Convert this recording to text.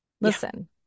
listen